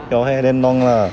your hair then long lah